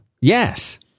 Yes